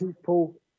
people